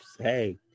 say